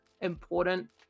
important